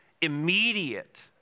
immediate